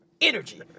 Energy